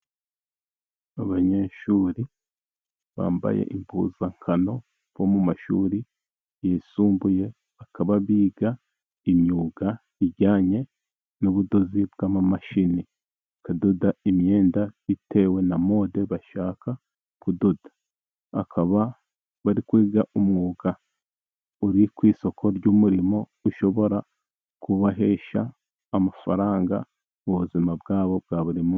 Abanyeshuri bambaye impuzankano bo mu mashuri yisumbuye, bakaba biga imyuga ijyanye n'ubudozi bw'amamashini, bakadoda imyenda bitewe na mode bashaka kudoda, bakaba bari kwiga umwuga uri ku isoko ry'umurimo, ushobora kubahesha amafaranga mu buzima bwabo bwa buri munsi.